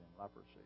leprosy